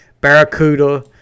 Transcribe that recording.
Barracuda